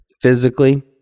physically